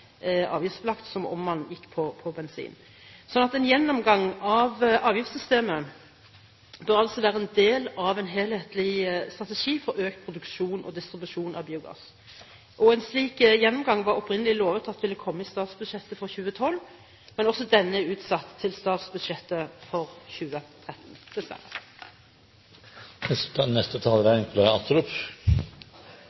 gikk på bensin. En gjennomgang av avgiftssystemet bør altså være en del av en helhetlig strategi for økt produksjon og distribusjon av biogass. En slik gjennomgang var det opprinnelig lovet skulle komme i statsbudsjettet for 2012, men også denne er utsatt til statsbudsjettet for 2013